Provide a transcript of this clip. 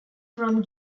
from